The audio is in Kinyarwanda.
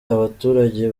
abaturage